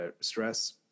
stress